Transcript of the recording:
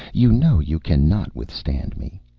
you know you cannot withstand me.